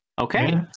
Okay